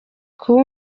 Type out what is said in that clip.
kuba